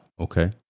Okay